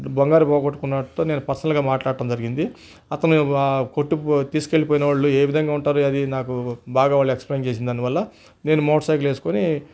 బంగారం పోగొట్టుకున్న అతనితో నేను పర్సనలుగా మాట్లాడడం జరిగింది అతను కొట్టి తీసుకువెళ్లిపోయిన వాళ్ళు ఏ విధంగా ఉంటారు అది నాకు బాగా వాళ్ళు ఎక్స్ప్లయిన్ చేసిననందువల్ల నేను మోటర్ సైకిల్ వేసుకొని